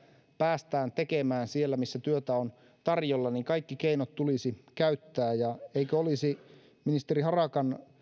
päästään tekemään siellä missä työtä on tarjolla niin kaikki keinot tulisi käyttää eikö olisi ministeri harakan